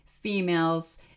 females